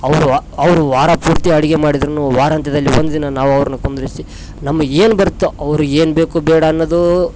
ಅವರು ಅವರು ವಾರ ಪೂರ್ತಿ ಅಡಿಗೆ ಮಾಡಿದರೂನು ವಾರಾಂತ್ಯದಲ್ಲಿ ಒಂದು ದಿನ ನಾವು ಅವರನ್ನ ಕುಂದಿರಿಸಿ ನಮ್ಗೇನು ಬರುತ್ತೊ ಅವರಿಗೆ ಏನ್ಬೇಕು ಬೇಡ ಅನ್ನೋದು